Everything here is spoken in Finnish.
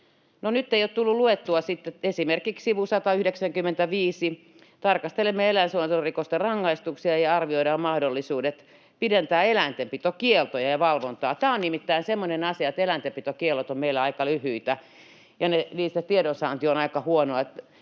nyt ei ole tullut luettua sitten esimerkiksi sivua 195: tarkastelemme eläinsuojelurikosten rangaistuksia, ja arvioidaan mahdollisuudet pidentää eläintenpitokieltoja ja tehostaa valvontaa. Tämä on nimittäin semmoinen asia, että eläintenpitokiellot ovat meillä aika lyhyitä ja tiedonsaanti niistä on aika huonoa.